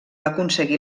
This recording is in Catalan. aconseguir